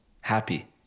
happy